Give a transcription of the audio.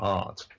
art